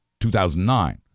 2009